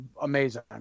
amazing